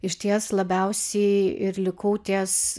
išties labiausiai ir likau ties